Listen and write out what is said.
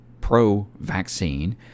pro-vaccine